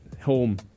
home